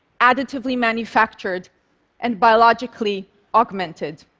additively manufactured and biologically augmented.